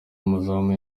umuzamu